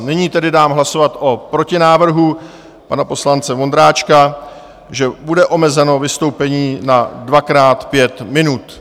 Nyní tedy dám hlasovat o protinávrhu pana poslance Vondráčka, že bude omezeno vystoupení na dvakrát pět minut.